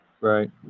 Right